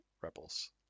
rebels